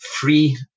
free